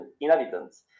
inhabitants